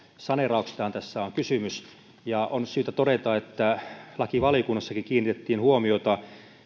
saneerauksestahan tässä on kysymys on syytä todeta että lakivaliokunnassakin kiinnitettiin huomiota